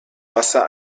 wasser